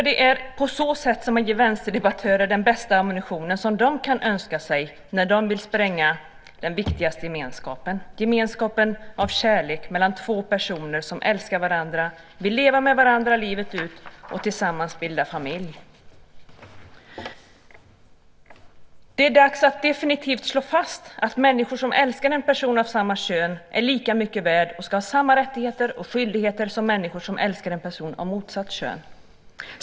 Det är på så sätt man ger vänsterdebattörer den bästa ammunition som de kan önska sig när de vill spränga den viktigaste gemenskapen, den av kärlek mellan två personer som älskar varandra, vill leva med varandra livet ut och tillsammans bilda familj. Det är dags att definitivt slå fast att människor som älskar en person av samma kön är lika mycket värda och ska ha samma rättigheter och skyldigheter som människor som älskar en person av motsatt kön.